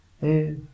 hey